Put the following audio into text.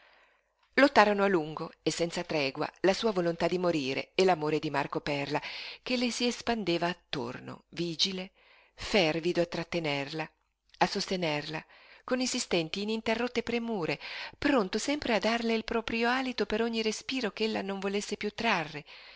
vita lottarono a lungo e senza tregua la sua volontà di morire e l'amore di marco perla che le si espandeva attorno vigile fervido a trattenerla a sostenerla con insistenti ininterrotte premure pronto sempre a darle il proprio alito per ogni respiro che ella non volesse piú trarre